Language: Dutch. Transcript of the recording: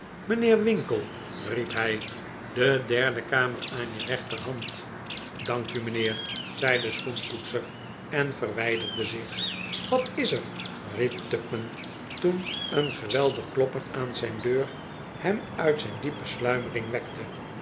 mijnheer winkle riep hij de derde kamer aan je rechterhand dank u mijnheer zei de schoenpoetser en verwij derde zich wat is er riep tupman toen een geweldig kloppen aan zijn deur hem uit zijn diepe sluimering wekte